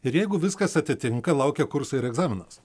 ir jeigu viskas atitinka laukia kursai ir egzaminas